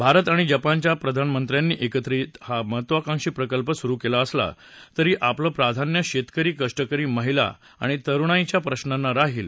भारत आणि जपानच्या प्रधानमंत्र्यांनी एकत्रितपणे हा महत्वाकांक्षी प्रकल्प सूरु केला असला तरी आपलं प्राधान्य शेतकरी कष्टकरी महिला आणि तरुणाईच्या प्रश्नाना राहील